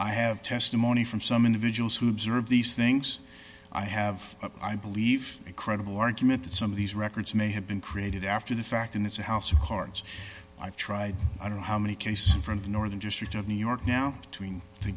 i have testimony from some individuals who observe these things i have i believe a credible argument that some of these records may have been created after the fact and it's a house of cards i've tried i don't know how many cases from the northern district of new york now to in the